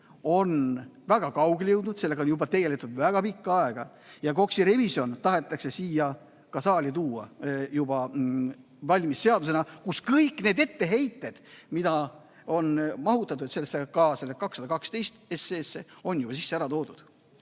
on väga kaugele jõudnud, sellega on juba tegeldud väga pikka aega ja KOKS-i revisjon tahetakse siia saali tuua juba valmis seadusena, kus kõik need etteheited, mida on mahutatud ka sellesse eelnõusse 212, on juba ära toodud.